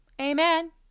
amen